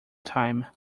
time